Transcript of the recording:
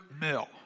Mill